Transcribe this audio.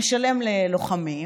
נשלם ללוחמים.